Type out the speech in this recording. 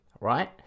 right